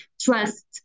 trust